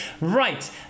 Right